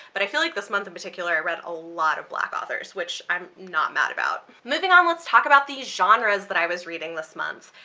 but i feel like this month in particular i read a lot of black authors which i'm not mad about. moving on let's talk about the genres that i was reading. this month,